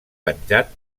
penjat